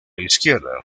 izquierda